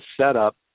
setup